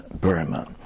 Burma